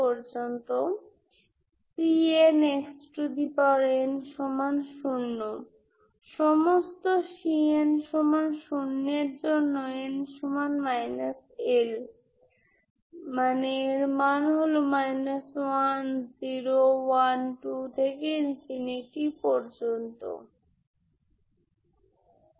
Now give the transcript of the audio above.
সুতরাং আপনি যদি এই সিঙ্গুলার স্টর্ম লিওভিলে সিস্টেমটি বিবেচনা করেন তবে আপনি এই লেজেন্ড্রে ফোরিয়ার সিরিজটি পেতে পারেন